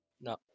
no